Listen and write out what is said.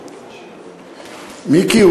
מיקי,